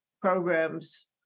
programs